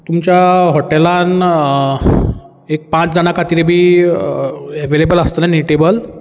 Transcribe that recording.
तुमच्या हॉटेलान एक पांच जाणा खातीर बी एवेलेबल आसतलें न्ही टेबल